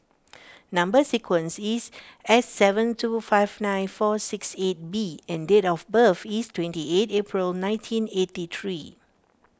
Number Sequence is S seven two five nine four six eight B and date of birth is twenty eight April nineteen eighty three